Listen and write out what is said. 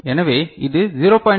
எனவே இது 0